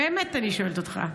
באמת אני שואלת אותך.